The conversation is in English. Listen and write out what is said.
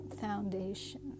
foundation